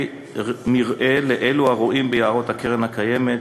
מרעה לאלו הרועים ביערות הקרן הקיימת,